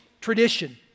tradition